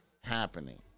happening